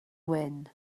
wyn